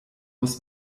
muss